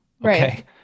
Right